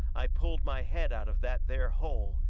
i pulled my head out of that there hole,